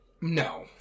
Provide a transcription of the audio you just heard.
No